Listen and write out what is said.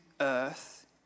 earth